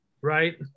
Right